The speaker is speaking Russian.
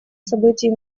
событий